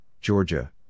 Georgia